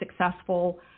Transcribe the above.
successful